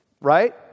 right